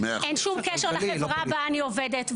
אין שום קשר לחברה בה אני עובדת,